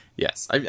Yes